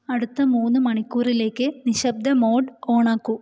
അടുത്ത മൂന്ന് മണിക്കൂറിലേക്ക് നിശബ്ദ മോഡ് ഓൺ ആക്കൂ